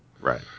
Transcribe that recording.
Right